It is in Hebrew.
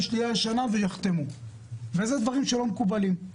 שלילה לשנה ויחתמו - אלו דברים שלא מקובלים.